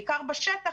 בעיקר בשטח,